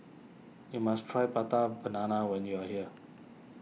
you must try Prata Banana when you are here